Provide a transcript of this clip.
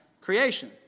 creation